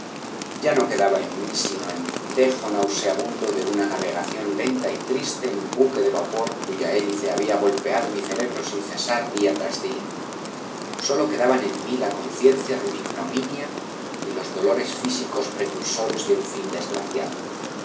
ya no quedaba en mí sino el dejo nauseabundo de una navegación lenta y triste en buque de vapor cuya hélice había golpeado mi cerebro sin cesar día tras día sólo quedaban en mí la conciencia de mi ignominia y los dolores físicos precursores de un fin desgraciado